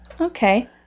Okay